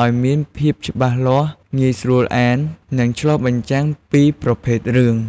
ឲ្យមានភាពច្បាស់លាស់ ងាយស្រួលអាន និងឆ្លុះបញ្ចាំងពីប្រភេទរឿង។